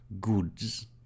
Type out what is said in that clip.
goods